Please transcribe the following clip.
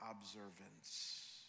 observance